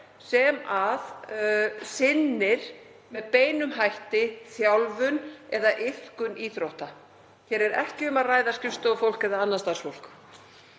sem sinnir með beinum hætti þjálfun eða iðkun íþrótta. Hér er ekki um að ræða skrifstofufólk eða annað starfsfólk.